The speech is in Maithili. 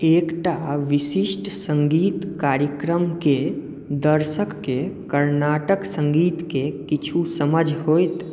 एकटा विशिष्ट संगीत कार्यक्रम के दर्शक के कर्नाटक संगीत के किछु समझ होयत